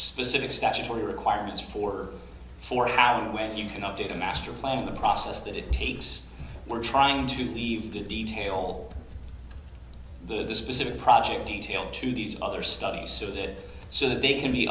specific statutory requirements for for a pattern where you can update a master plan in the process that it takes we're trying to leave the detail the specific project detail to these other studies so that so that they can be